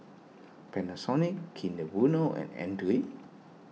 Panasonic Kinder Bueno and andre